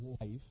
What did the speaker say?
life